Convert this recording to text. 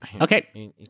Okay